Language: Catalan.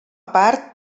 part